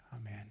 Amen